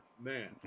man